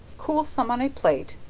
cool some on a plate,